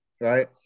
right